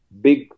big